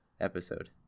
episode